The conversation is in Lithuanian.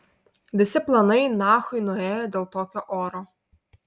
visi planai nachui nuėjo dėl tokio oro